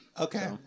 Okay